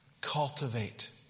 Cultivate